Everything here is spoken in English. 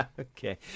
Okay